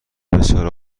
بسیار